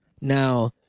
Now